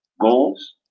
goals